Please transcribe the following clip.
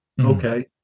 Okay